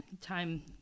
Time